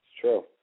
True